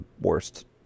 worst